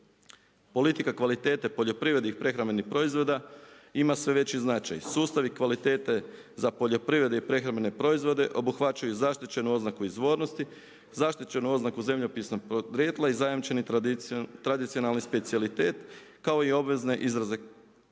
Politika kvalitete poljoprivrednih i prehrambenih proizvoda ima sve veći značaj. Sustav i kvalitete za poljoprivredne i prehrambene proizvode obuhvaćaju i zaštićenu oznaku izvornosti, zaštićenu oznaku zemljopisnog podrijetla i zajamčeni tradicionalni specijalitet kao i obvezne izraze, neobavezne